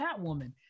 Catwoman